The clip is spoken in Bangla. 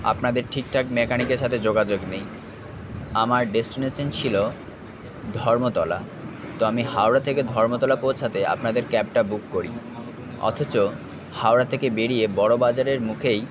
আপনাদের ঠিকঠাক মেকানিকের সাথে যোগাযোগ নেই আমার ডেস্টিনেশান ছিল ধর্মতলা তো আমি হাওড়া থেকে ধর্মতলা পৌঁছতে আপনাদের ক্যাবটা বুক করি অথচ হাওড়া থেকে বেরিয়ে বড়বাজারের মুখেই